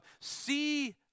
see